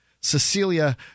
Cecilia